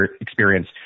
experience